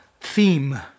Theme